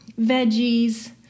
veggies